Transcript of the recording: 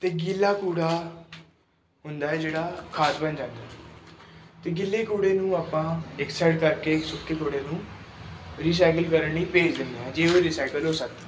ਅਤੇ ਗਿੱਲਾ ਕੂੜਾ ਹੁੰਦਾ ਜਿਹੜਾ ਖਾਦ ਬਣ ਜਾਂਦਾ ਅਤੇ ਗਿੱਲੇ ਕੂੜੇ ਨੂੰ ਆਪਾਂ ਇੱਕ ਸਾਈਡ ਕਰਕੇ ਸੁੱਕੇ ਕੂੜੇ ਨੂੰ ਰਿਸਾਈਕਲ ਕਰਨ ਲਈ ਭੇਜ ਦਿੰਦੇ ਹਾਂ ਜੇ ਉਹ ਰੀਸਾਈਕਲ ਹੋ ਸਕਦਾ